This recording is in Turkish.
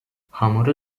hamuru